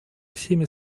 всеми